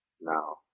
now